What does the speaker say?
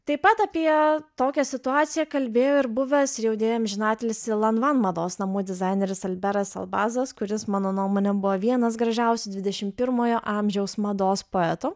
taip pat apie tokią situaciją kalbėjo ir buvęs ir jau deja amžinatilsį lanvan mados namų dizaineris alberas elbazas kuris mano nuomone buvo vienas gražiausių dvidešim pirmojo amžiaus mados poetų